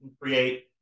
create